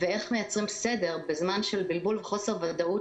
ואיך מייצרים סדר בזמן של בלבול וחוסר ודאות?